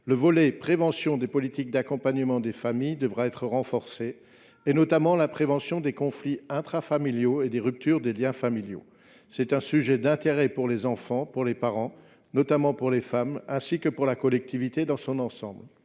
le volet “prévention” des politiques d’accompagnement des familles devra être renforcé, notamment la prévention des conflits intrafamiliaux et des ruptures des liens familiaux. C’est un sujet d’intérêt pour les enfants, pour les parents – notamment pour les femmes –, ainsi que pour la collectivité dans son ensemble